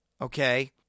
Okay